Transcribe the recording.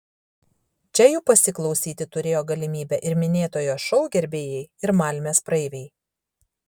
čia jų pasiklausyti turėjo galimybę ir minėtojo šou gerbėjai ir malmės praeiviai